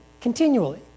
continually